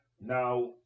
now